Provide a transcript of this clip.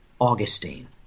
Augustine